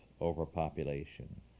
overpopulation